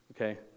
Okay